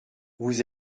vous